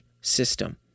system